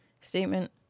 statement